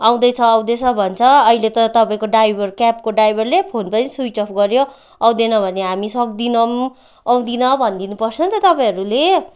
आउँदै छ आउँदै छ भन्छ अहिले त तपाईँको ड्राइभर क्याबको ड्राइभरले फोन पनी स्विच अफ गऱ्यो आउँदिन भने हामी सक्दैनौँ आउँदिनँ भनिदिनु पर्छ नि त तपाईँहरूले